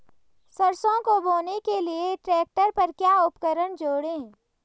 सरसों को बोने के लिये ट्रैक्टर पर क्या उपकरण जोड़ें?